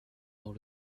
dans